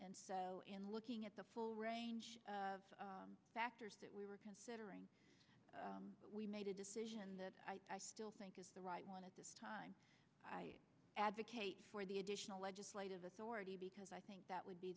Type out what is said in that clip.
in looking at the full range of factors that we were considering we made a decision that i still think is the right one at this time i advocate for the additional legislative authority because i think that would be